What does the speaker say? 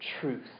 truth